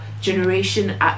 generation